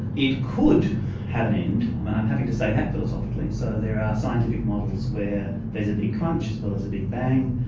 it could have an end, and um i'm happy to say that philosophically, so there are scientific models where there's a big crunch as well as a big bang,